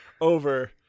over